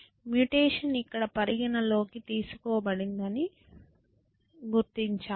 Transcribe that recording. mutation ఇక్కడ పరిగణనలోకి తీసుకోబడిందని గుర్తించాలి